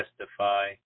testify